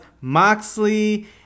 Moxley